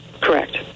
Correct